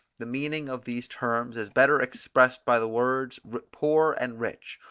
the meaning of these terms is better expressed by the words poor and rich,